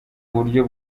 uburyo